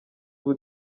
ubu